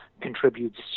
contributes